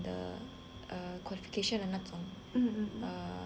err qualification 的那种 err